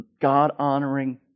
God-honoring